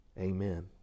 Amen